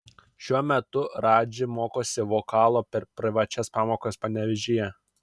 šiuo metu radži mokosi vokalo per privačias pamokas panevėžyje